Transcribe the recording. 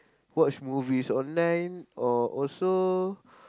watch movies online or also